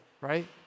right